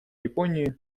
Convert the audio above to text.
японии